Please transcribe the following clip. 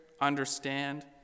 understand